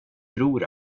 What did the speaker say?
bror